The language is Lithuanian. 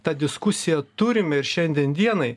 tą diskusiją turime ir šiandien dienai